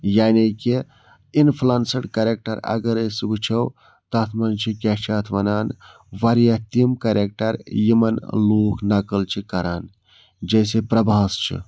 یعنی کہِ influenced character اگر أسۍ وُچھو تَتھ منٛز چھِ کیٛاہ چھِ اتھ وَنان واریاہ تِم کریکٹَر یِمَن لوٗکھ نقٕل چھِ کَران جیسے پرٛباس چھِ